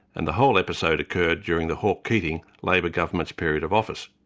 and the whole episode occurred during the hawke-keating labor government's period of office.